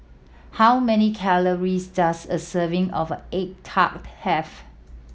how many calories does a serving of egg tart have